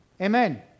Amen